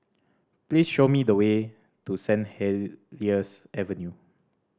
please show me the way to Saint Helier's Avenue